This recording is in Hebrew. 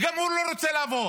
וגם הוא לא רוצה לעבור.